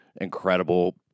incredible